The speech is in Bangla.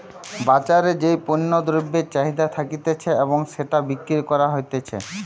বাজারে যেই পণ্য দ্রব্যের চাহিদা থাকতিছে এবং সেটা বিক্রি করা হতিছে